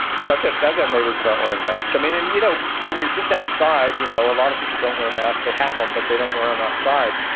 succah douget, neighbors at our aurin mass. i mean, and you know, when you're just outside, you know, a lot of people don't wear masks. they have them, but they don't wear them um outside.